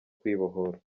kwibohora